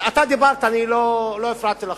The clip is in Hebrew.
אתה דיברת, אני לא הפרעתי לך.